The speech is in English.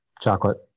Chocolate